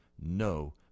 no